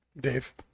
Dave